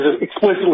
explicitly